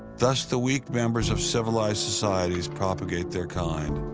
thus the weak members of civilized societies propagate their kind.